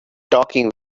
talking